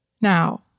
Now